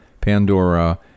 Pandora